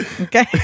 okay